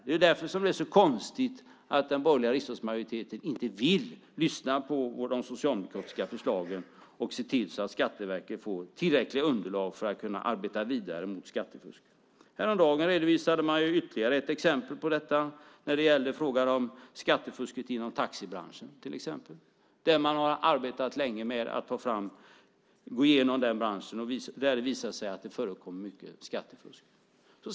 Det är därför det är så konstigt att den borgerliga riksdagsmajoriteten inte vill lyssna på de socialdemokratiska förslagen och se till att Skatteverket får tillräckliga underlag för att kunna arbeta vidare mot skattefusk. Häromdagen redovisade man ytterligare ett exempel på detta när det gällde frågan om skattefusket inom taxibranschen, till exempel. Man har arbetat länge med att gå igenom den branschen, och där visar det sig att det förekommer mycket skattefusk.